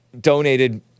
donated